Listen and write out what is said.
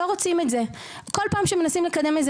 לא רוצים את זה ובכל פעם שמנסים לקדם איזה